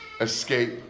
escape